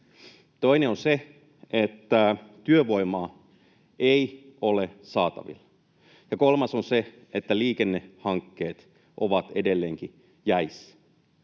Toinen on se, että työvoimaa ei ole saatavilla. Ja kolmas on se, että liikennehankkeet ovat edelleenkin jäissä.